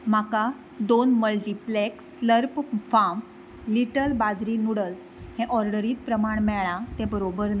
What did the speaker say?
म्हाका दोन multi pack slurp farm little bajri noodles हें ऑर्डरींत प्रमाण मेळ्ळां तें बरोबर ना